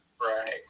Right